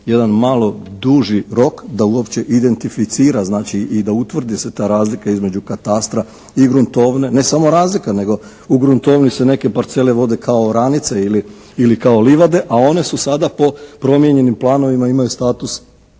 jedan malo duži rok da uopće identificira znači i da utvrdi se ta razlika između katastra i gruntovne, ne samo razlika nego u gruntovni se neke parcele vode kao oranice ili kao livade a one su sada po promijenjenim planovima imaju status